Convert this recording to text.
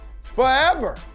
forever